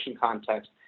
context